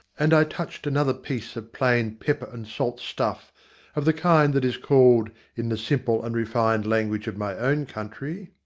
and i touched another piece of plain pepper and salt stuff of the kind that is called in the simple and refined language of my own country,